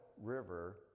River